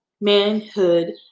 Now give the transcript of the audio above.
manhood